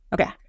Okay